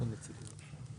הצענו 2 מיליון ו-20 מיליון.